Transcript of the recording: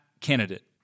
candidate